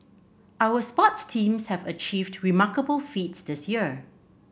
our sports teams have achieved remarkable feats this year